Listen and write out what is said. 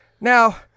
Now